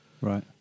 Right